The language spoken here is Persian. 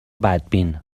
بدبین